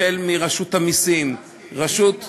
החל מרשות המסים, הרשות להלבנת,